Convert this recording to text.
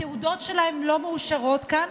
התעודות שלהם לא מאושרות כאן,